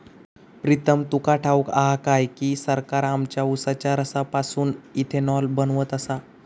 प्रीतम तुका ठाऊक हा काय की, सरकार आमच्या उसाच्या रसापासून इथेनॉल बनवत आसा